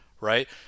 right